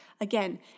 Again